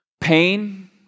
pain